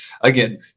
Again